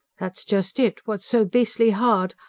that's just it what's so beastly hard.